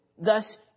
Thus